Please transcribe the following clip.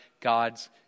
God's